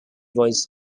was